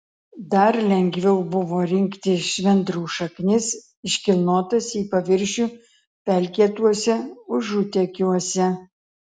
dar lengviau buvo rinkti švendrų šaknis iškilnotas į paviršių pelkėtuose užutekiuose